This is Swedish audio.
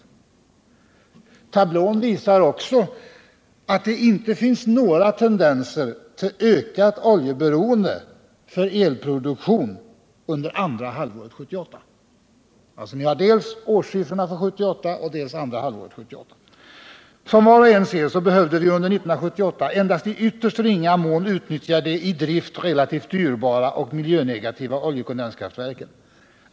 Tablån visar också att det inte finns några tendenser till ökat oljeberoende för elproduktion under andra halvåret 1978. Vi har alltså siffrorna dels för hela 1978, dels för andra halvåret 1978. Som var och en ser behövde vi under 1978 endast i ytterst ringa mån utnyttja de i drift relativt dyrbara och miljönegativa oljekondenskraftverken.